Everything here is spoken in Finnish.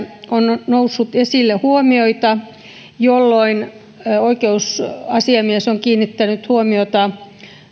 on noussut esille huomioita jolloin oikeusasiamies on kiinnittänyt huomiota